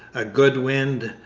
a good wind,